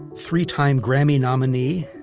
three-time grammy nominee,